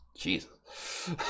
Jesus